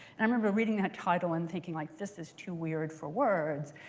and i remember reading that title and thinking like, this is too weird for words.